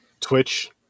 Twitch